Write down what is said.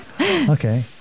okay